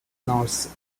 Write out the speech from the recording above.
norse